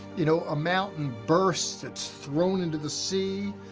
you know, a mountain burst. it's thrown into the sea.